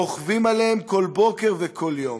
רוכבים עליהם כל בוקר וכל יום.